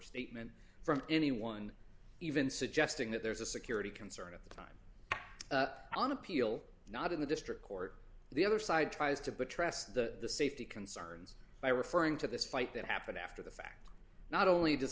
statement from anyone even suggesting that there's a security concern at the time on appeal not in the district court the other side tries to buttress the safety concerns by referring to this fight that happened after the fact not only does